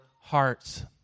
heart's